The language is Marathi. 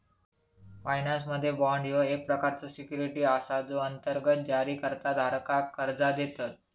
फायनान्समध्ये, बाँड ह्यो एक प्रकारचो सिक्युरिटी असा जो अंतर्गत जारीकर्ता धारकाक कर्जा देतत